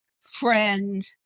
friend